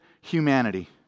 humanity